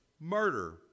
murder